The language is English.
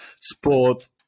sport